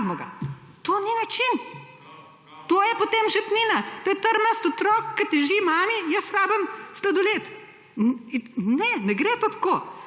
iz ozadja/ To je potem žepnina. To je trmast otrok, ki teži mami, jaz rabim sladoled. Ne, ne gre to tako.